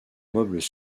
meubles